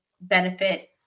benefit